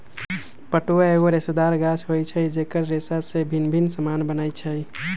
पटुआ एगो रेशेदार गाछ होइ छइ जेकर रेशा से भिन्न भिन्न समान बनै छै